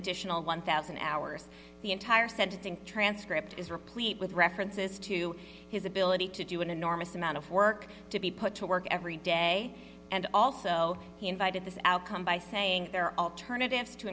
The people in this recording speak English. additional one thousand hours the entire sentencing transcript is replete with references to his ability to do an enormous amount of work to be put to work every day and also he invited the outcome by saying there are alternatives to